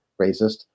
racist